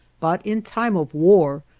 but in time of war,